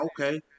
okay